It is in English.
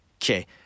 Okay